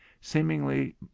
seemingly